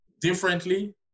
differently